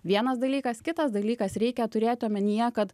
vienas dalykas kitas dalykas reikia turėti omenyje kad